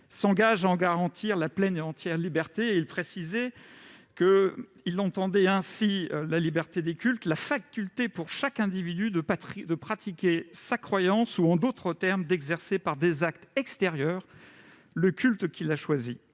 s'engage à en garantir la pleine et entière liberté. » La liberté de culte s'entendait alors comme la faculté pour chaque individu de pratiquer sa croyance ou, en d'autres termes, d'exercer par des actes extérieurs le culte qu'il a choisi.